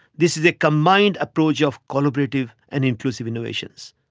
this is a combined approach of collaborative and inclusive innovations.